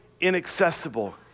Inaccessible